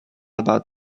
about